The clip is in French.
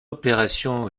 opération